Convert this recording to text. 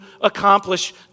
accomplish